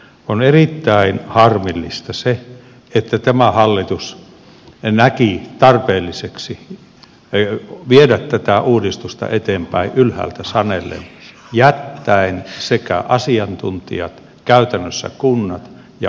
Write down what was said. on erittäin harmillista se että tämä hallitus näki tarpeelliseksi viedä tätä uudistusta eteenpäin ylhäältä sanellen jättäen asiantuntijat käytännössä kunnat ja opposition sivuun